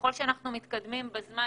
ככל שאנחנו מתקדמים בזמן,